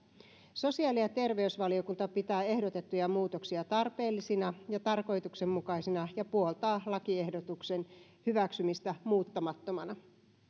sosiaali ja terveysvaliokunta pitää ehdotettuja muutoksia tarpeellisina ja tarkoituksenmukaisina ja puoltaa lakiehdotuksen hyväksymistä muuttamattomana